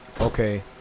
Okay